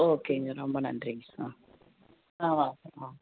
ஓகேங்க ரொம்ப நன்றிங்க ஆ ஆ வாங்க ஆ